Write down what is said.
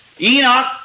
Enoch